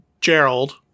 Gerald